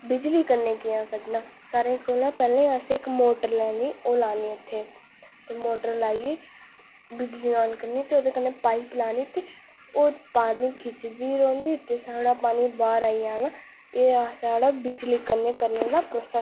बिजली कन्नै कियां कड्ढना सारें कोलां पैहलें असें इक मोटर लैनी ओह् लानी उत्थै ते मोटर लाइयै बिजली आन करनी ते ओह्दे कन्नै पाइप लानी ते ओह् पानी खिच्चदी रौहंदी ते साढ़ा पानी बाहर आई जाना एह् हा साढ़ा बिजली कन्नै करने दा प्रोसेस